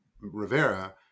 Rivera